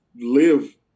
live